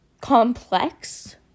complex